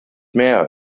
mehr